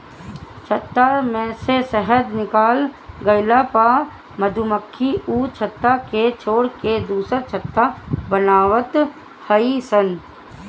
छत्ता में से शहद निकल गइला पअ मधुमक्खी उ छत्ता के छोड़ के दुसर छत्ता बनवत हई सन